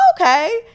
okay